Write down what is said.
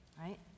right